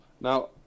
Now